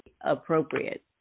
appropriate